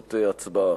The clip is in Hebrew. מחייבות הצבעה.